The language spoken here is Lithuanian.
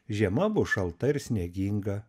žiema bus šalta ir snieginga